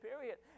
period